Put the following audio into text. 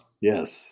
Yes